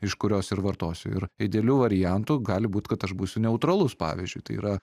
iš kurios ir vartosiu ir idealiu variantu gali būt kad aš būsiu neutralus pavyzdžiui tai yra